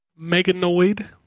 Meganoid